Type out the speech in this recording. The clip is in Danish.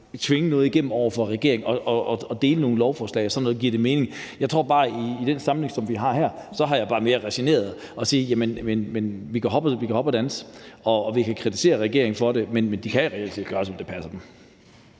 tvinge noget igennem over for regeringen og få delt nogle lovforslag, hvor det gav mening. Jeg har i den sammenhæng, vi ser her, bare mere resigneret og sagt: Vi kan hoppe og danse, og vi kan kritisere regeringen for det, men den kan reelt set gøre, som det passer den.